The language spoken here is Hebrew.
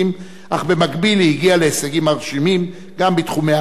אך במקביל היא הגיעה להישגים מרשימים גם בתחומי המדע,